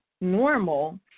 normal